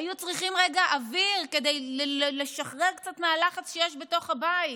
היו צריכים רגע אוויר כדי לשחרר קצת מהלחץ שיש בתוך הבית,